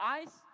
ice